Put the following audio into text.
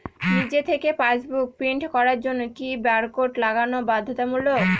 নিজে থেকে passbook print করার জন্য কি বারকোড লাগানো বাধ্যতামূলক?